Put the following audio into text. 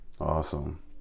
Awesome